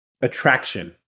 attraction